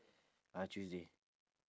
ah tuesday